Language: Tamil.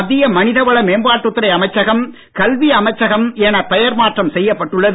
மத்திய மனித வள மேம்பாட்டுத்துறை அமைச்சகம் கல்வி அமைச்சகம் என பெயர் மாற்றம் செய்யப்பட்டுள்ளது